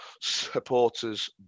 supporters